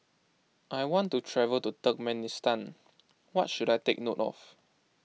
I want to travel to Turkmenistan what should I take note of